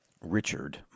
Richard